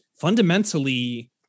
fundamentally